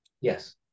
Yes